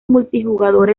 multijugador